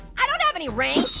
i don't have any rings.